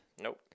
Nope